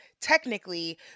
technically